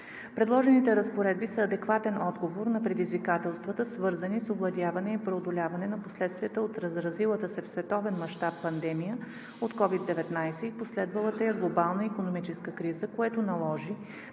Предложените разпоредби са адекватен отговор на предизвикателствата, свързани с овладяване и преодоляване на последствията от разразилата се в световен мащаб пандемия от COVID-19 и последвалата я глобална икономическа криза, което наложи